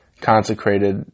consecrated